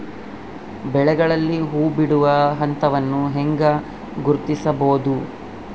ಬೆಳೆಗಳಲ್ಲಿ ಹೂಬಿಡುವ ಹಂತವನ್ನು ಹೆಂಗ ಗುರ್ತಿಸಬೊದು?